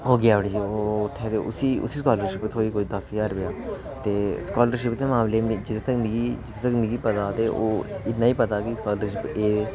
ओह् गेआ उठी उत्थै ते उसी स्कालरशिप थ्होई कोई दस ज्हार रपेआ ते स्कालरशिप दे मामले च जित्थै तक मी पता हा ते ओह् इन्ना गै पता हा कि स्कालरशिप एह्दे